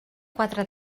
quatre